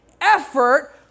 effort